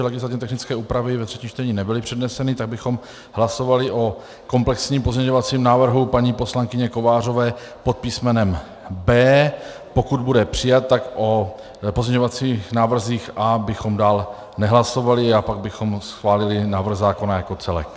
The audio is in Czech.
Vzhledem k tomu, že legislativně technické úpravy ve třetím čtení nebyly předneseny, tak bychom hlasovali o komplexním pozměňovacím návrhu paní poslankyně Kovářové pod písmenem B. Pokud bude přijat, tak o pozměňovacích návrzích A bychom dál nehlasovali a pak bychom schválili návrh zákona jako celek.